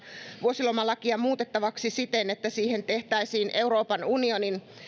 vuosilomalakia muutettavaksi siten että siihen tehtäisiin euroopan unionin